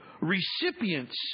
recipients